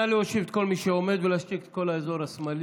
נא להושיב את כל מי שעומד ולהשתיק את כל האזור השמאלי.